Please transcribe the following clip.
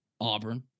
Auburn